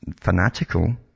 fanatical